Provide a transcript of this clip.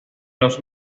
los